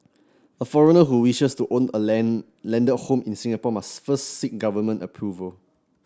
a foreigner who wishes to own a land landed home in Singapore must first seek government approval